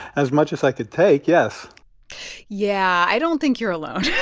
as much as i could take, yes yeah, i don't think you're alone